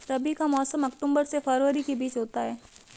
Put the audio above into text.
रबी का मौसम अक्टूबर से फरवरी के बीच होता है